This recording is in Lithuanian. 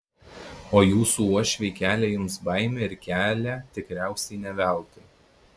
o jūsų uošviai kelia jums baimę ir kelia tikriausiai ne veltui